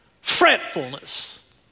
fretfulness